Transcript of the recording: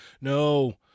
no